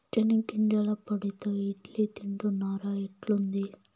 చెనిగ్గింజల పొడితో ఇడ్లీ తింటున్నారా, ఎట్లుంది